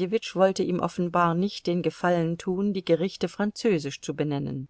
wollte ihm offenbar nicht den gefallen tun die gerichte französisch zu benennen